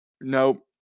Nope